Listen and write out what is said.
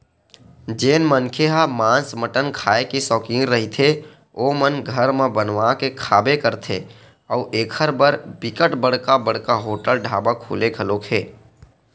जेन मनखे ह मांस मटन खांए के सौकिन रहिथे ओमन घर म बनवा के खाबे करथे अउ एखर बर बिकट बड़का बड़का होटल ढ़ाबा खुले घलोक हे